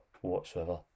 whatsoever